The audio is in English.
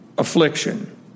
Affliction